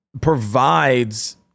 provides